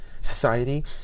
Society